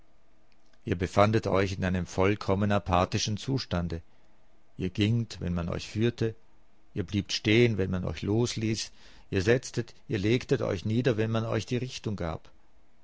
ihr befandet euch in einem vollkommen apathischen zustande ihr gingt wenn man euch führte ihr bliebt stehen wenn man euch losließ ihr setztet ihr legtet euch nieder wenn man euch die richtung gab